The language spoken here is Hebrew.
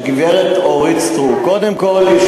גברת אורית סטרוק, כמה יש